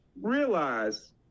realize